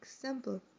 example